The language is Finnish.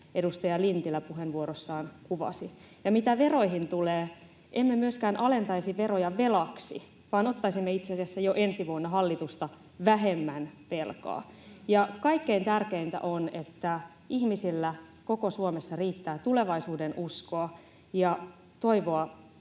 edustaja Lintilä puheenvuorossaan kuvasi. Ja mitä veroihin tulee, emme myöskään alentaisi veroja velaksi, vaan ottaisimme itse asiassa jo ensi vuonna hallitusta vähemmän velkaa. Kaikkein tärkeintä on, että ihmisillä koko Suomessa riittää tulevaisuudenuskoa ja toivoa